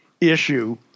issue